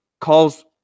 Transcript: calls